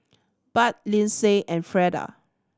Budd Lynsey and Freda